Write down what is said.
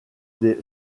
des